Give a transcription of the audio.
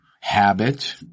habit